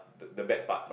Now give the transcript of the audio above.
the bad part